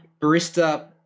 barista